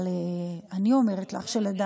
אבל אני אומרת לך שלדעתי,